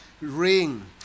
ring